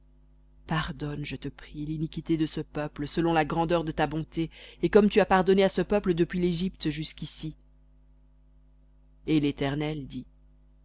pardonne je te prie l'iniquité de ce peuple selon la grandeur de ta bonté et comme tu as pardonné à ce peuple depuis légypte jusquici et l'éternel dit